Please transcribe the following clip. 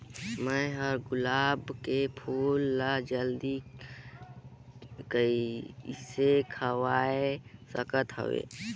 मैं ह गुलाब के फूल ला जल्दी कइसे खवाय सकथ हवे?